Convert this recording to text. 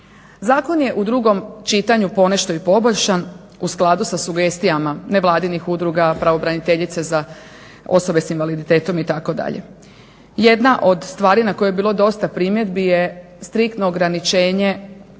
Zakon je u drugom čitanju ponešto i poboljšan u skladu sa sugestijama nevladinih udruga, pravobraniteljice za osobe sa invaliditetom itd. Jedna od stvari na koju je bilo dosta primjedbi je striktno ograničenje